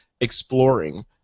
exploring